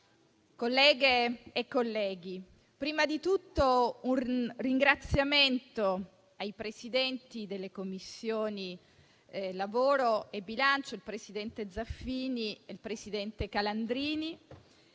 colleghe e colleghi, prima di tutto desidero ringraziare i Presidenti delle Commissioni 10a e 5a, il presidente Zaffini e il presidente Calandrini,